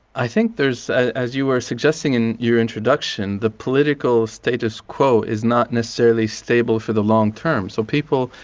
i think there is, as you were suggesting in your introduction, the political status quo is not necessarily stable for the long term, so people,